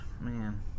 man